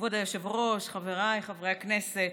כבוד היושב-ראש, חבריי חברי הכנסת,